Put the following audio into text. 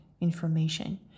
information